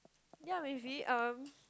yea maybe um